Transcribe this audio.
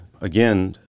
Again